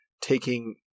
taking